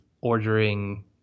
ordering